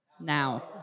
Now